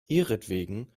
ihretwegen